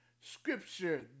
Scripture